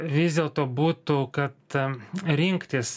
vis dėlto būtų kad rinktis